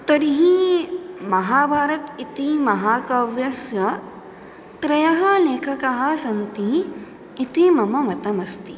तर्हि महाभारतम् इति महाकाव्यस्य त्रयः लेखकाः सन्ति इति मम मतमस्ति